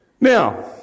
Now